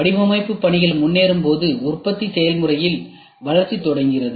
வடிவமைப்பு பணிகள் முன்னேறும்போது உற்பத்தி செயல்முறையில் வளர்ச்சி தொடங்குகிறது